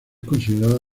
considerada